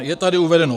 Je tady uvedeno: